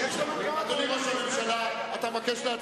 אדוני ראש הממשלה, אתה מבקש להצביע,